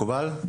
מקובל?